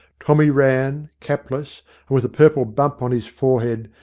tommy rann, capless, and with a purple bump on his forehead,